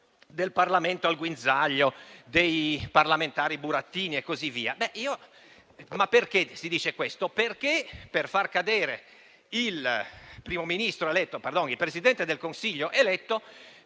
di Parlamento al guinzaglio, di parlamentari burattini e così via. Si dice questo perché, per far cadere il Presidente del Consiglio eletto,